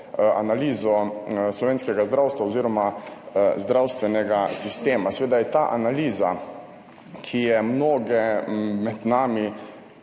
analizo slovenskega zdravstva oziroma zdravstvenega sistema. Seveda je ta analiza, ki je mnoge med nami,